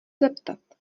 zeptat